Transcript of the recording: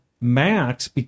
max